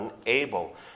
unable